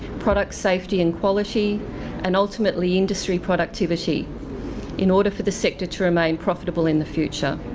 product safety and quality and ultimately, industry productivity in order for the sector to remain profitable in the future.